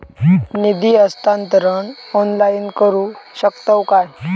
निधी हस्तांतरण ऑनलाइन करू शकतव काय?